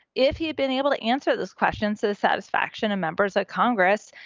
if he had been able to answer this questions to the satisfaction of members of congress,